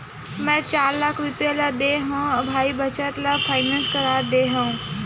मै चार लाख रुपया देय हव भाई बचत ल फायनेंस करा दे हँव